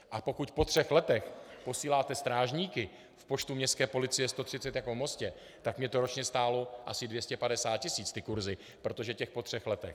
A pokud po třech letech posíláte strážníky v počtu městské policie 130 jako v Mostě, tak mně to ročně stálo asi 250 tisíc, ty kurzy, protože to je po třech letech.